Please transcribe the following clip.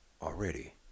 already